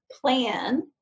plan